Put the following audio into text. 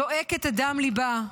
זועקת מדם ליבה.